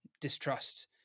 distrust